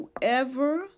whoever